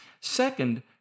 Second